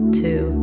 two